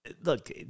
Look